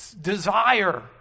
desire